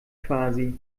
quasi